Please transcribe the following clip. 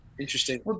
Interesting